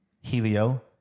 Helio